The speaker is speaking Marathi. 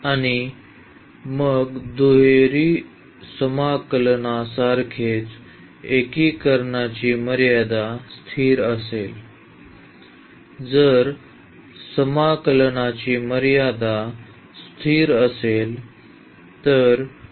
आणि मग दुहेरी समाकलनासारखेच एकीकरणची मर्यादा स्थिर आहे जर समाकलनाची मर्यादा स्थिर असेल